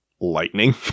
lightning